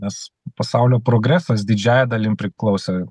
nes pasaulio progresas didžiąja dalim priklauso